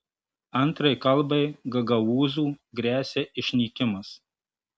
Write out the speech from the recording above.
antrai kalbai gagaūzų gresia išnykimas